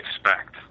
expect